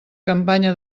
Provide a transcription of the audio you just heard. campanya